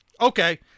Okay